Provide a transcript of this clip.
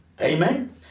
Amen